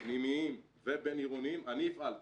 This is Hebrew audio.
פנימיים ובין עירוניים אני הפעלתי.